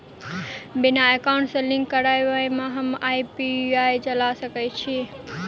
बिना एकाउंट सँ लिंक करौने हम यु.पी.आई चला सकैत छी?